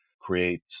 create